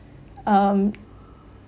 um